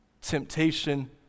temptation